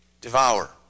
devour